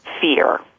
fear